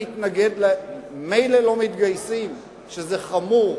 מילא לא מתגייסים, שזה חמור,